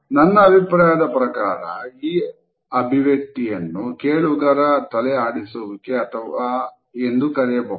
ನನ್ನ ಅಭಿಪ್ರಾಯದ ಪ್ರಕಾರ ಈ ಅಭಿವ್ಯಕ್ತಿಯನ್ನು ಕೇಳುಗರ ತಲೆ ಆಡಿಸುವಿಕೆ ಎಂದು ಕರೆಯಬಹುದು